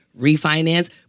refinance